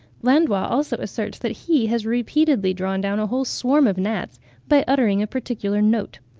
landois also asserts that he has repeatedly drawn down a whole swarm of gnats by uttering a particular note.